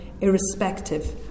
irrespective